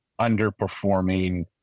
underperforming